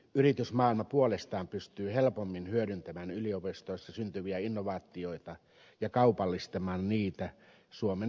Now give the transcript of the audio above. yritysmaailma puolestaan pystyy helpommin hyödyntämään yliopis toissa syntyviä innovaatioita ja kaupallistamaan niitä suomen kilpailuvalteiksi maailmalla